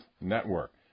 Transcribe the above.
Network